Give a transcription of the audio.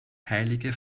heilige